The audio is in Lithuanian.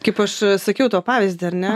kaip aš sakiau tau pavyzdį ar ne